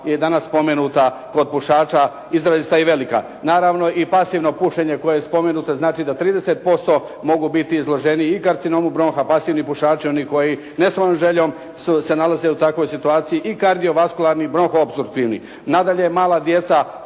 je danas spomenuta kod pušača izrazita i velika. Naravno i pasivno pušenje koje je spomenuto. Znači, da 30% mogu biti izloženiji i karcinomu bronha pasivni pušači oni koji ne svojom željom se nalaze u takvoj situaciji i kardiovaskulni bronho opstruktivni. Nadalje, mala djeca,